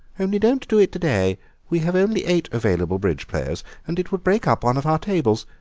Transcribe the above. only don't do it to day we have only eight available bridge players, and it would break up one of our tables.